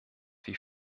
wie